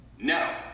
No